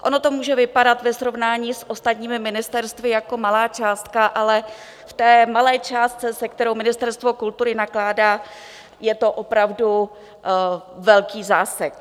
Ono to může vypadat ve srovnání s ostatními ministerstvy jako malá částka, ale v té malé částce, se kterou Ministerstvo kultury nakládá, je to opravdu velký zásek.